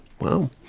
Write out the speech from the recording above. wow